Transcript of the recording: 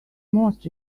most